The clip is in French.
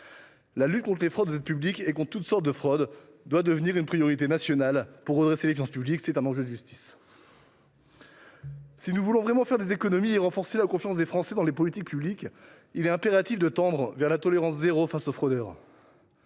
la lutte contre les fraudes aux aides publiques et contre toutes sortes de fraudes doit devenir une priorité nationale pour redresser les finances publiques : c’est un enjeu de justice. Si nous voulons réellement faire des économies et renforcer la confiance des Français dans les politiques publiques, il est impératif de tendre vers la tolérance zéro face aux fraudeurs.